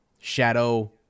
shadow